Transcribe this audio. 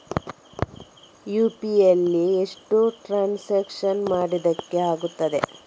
UPI ನಲ್ಲಿ ಎಷ್ಟು transaction ಮಾಡ್ಲಿಕ್ಕೆ ಆಗ್ತದೆ?